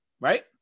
Right